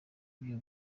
byo